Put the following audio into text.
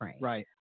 Right